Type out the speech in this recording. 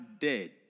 dead